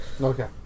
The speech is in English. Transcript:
Okay